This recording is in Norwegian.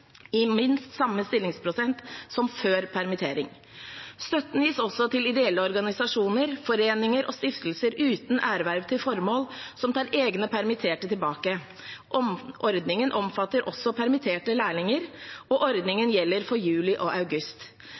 i jobb i minst samme stillingsprosent som før permittering. Støtten gis også til ideelle organisasjoner, foreninger og stiftelser uten erverv til formål, som tar egne permitterte tilbake. Ordningen omfatter også permitterte lærlinger. Ordningen gjelder for juli og august.